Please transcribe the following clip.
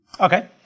Okay